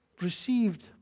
received